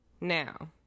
now